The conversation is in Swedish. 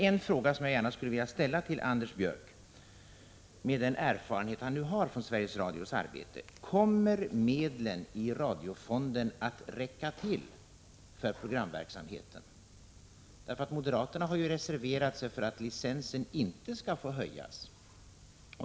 Sedan vill jag ställa en fråga till Anders Björck — med den erfarenhet han nu har från Sveriges Radios arbete: Kommer medlen i radiofonden att räcka till för programverksamheten? Moderaterna har ju reserverat sig för att licensen inte skall få höjas.